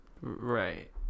Right